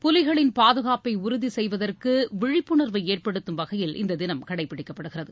புலிகளின் பாதுகாப்பை உறுதி செய்வதற்கு விழிப்புணர்வை ஏற்படுத்தும் வகையில் இந்த தினம் கடைபிடிக்கப்படுகிறது